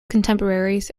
contemporaries